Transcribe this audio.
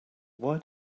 why